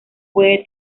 puede